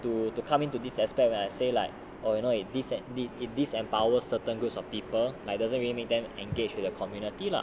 to to come into this aspect when I say like oh you know this this empower certain groups of people like doesn't really need them to engage with the community lah